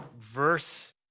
verse